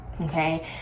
Okay